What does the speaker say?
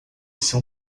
seu